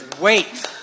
Wait